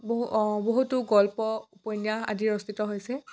বহু বহুতো গল্প উপন্যাস আদি ৰচিত হৈছে